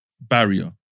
barrier